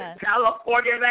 California